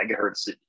megahertz